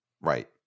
Right